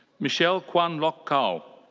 michelle kwan lok lau.